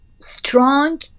strong